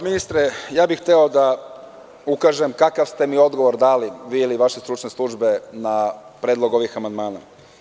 Ministre, hteo bih da ukažem kakav ste mi odgovor dali vi i vaše stručne službe na predlog ovih amandmana.